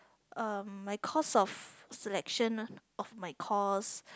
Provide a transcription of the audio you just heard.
uh my course of selection of my course